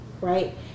right